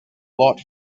lot